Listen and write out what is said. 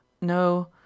No